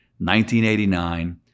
1989